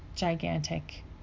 gigantic